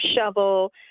shovel